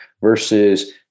versus